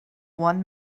one